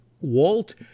Walt